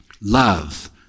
Love